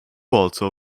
also